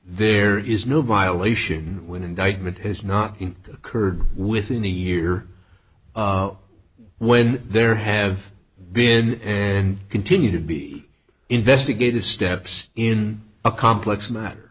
there is no violation when indictment has not occurred within a year when there have been continue to be investigative steps in a complex matt